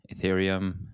Ethereum